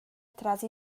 tras